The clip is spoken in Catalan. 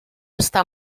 estar